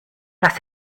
las